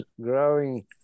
growing